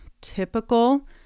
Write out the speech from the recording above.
typical